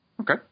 Okay